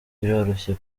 biroroshye